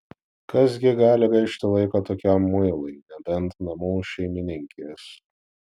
kas gi gali gaišti laiką tokiam muilui nebent namų šeimininkės